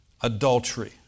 Adultery